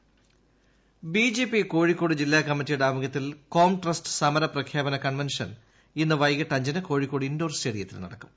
Comtrust സമരം B J പികോഴിക്കോട്ജില്ലാ കമ്മറ്റിയുടെ ആഭിമുഖ്യത്തിൽ കോംട്രസ്റ്റ് സമരപ്രഖ്യാപന കൺവൻഷൻ ഇന്ന് വൈകീട്ട്അഞ്ചിന് കോഴിക്കോട് ഇൻഡോർ സ്റ്റേഡിയത്തിൽ നടക്കും